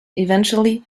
eventually